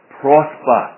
prosper